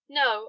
no